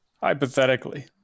Hypothetically